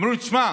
אומרים לו: תשמע,